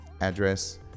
address